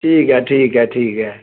ठीक ऐ ठीक ऐ ठीक ऐ